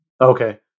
okay